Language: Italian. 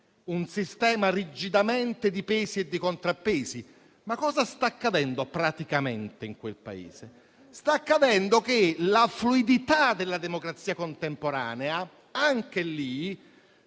un sistema rigidamente di pesi e di contrappesi? Che cosa sta accadendo praticamente in quel Paese? Sta accadendo che la fluidità della democrazia contemporanea, anche lì,